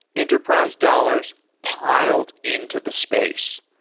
enterprise dollars piled into the space.